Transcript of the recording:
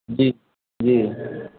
जी जी